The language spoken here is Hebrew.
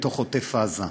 בתוך עוטף-עזה.